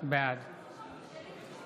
בעד